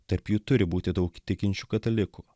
tarp jų turi būti daug tikinčių katalikų